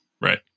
Right